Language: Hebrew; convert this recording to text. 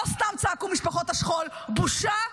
לא סתם צעקו משפחות השכול: בושה,